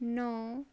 ਨੌਂ